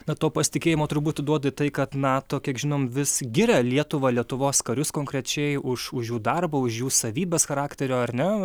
na to pasitikėjimo turbūt duoda tai kad nato kiek žinom vis giria lietuvą lietuvos karius konkrečiai už už jų darbą už jų savybes charakterio ar ne